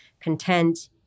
content